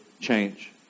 change